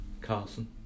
Carson